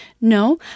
No